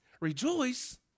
Rejoice